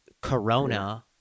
Corona